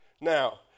Now